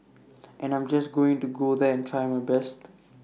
and I'm just going to go there and try my best